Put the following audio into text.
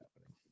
happening